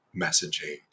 messaging